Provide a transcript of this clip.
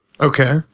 Okay